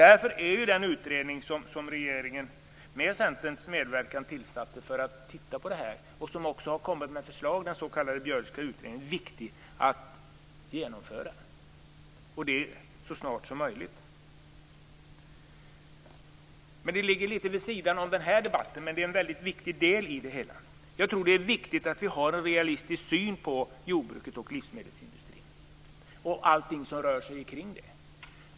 Därför är den utredning som regeringen med Centerns medverkan tillsatte för att titta på det här och som också har kommit med förslag, den s.k. Björkska utredningen, viktig att genomföra, och det så snart som möjligt. Det ligger litet vid sidan av den här debatten, men det är en väldigt viktig del i det hela. Jag tror att det är viktigt att vi har en realistisk syn på jordbruket, livsmedelsindustrin och allting som rör sig kring det.